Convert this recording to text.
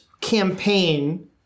campaign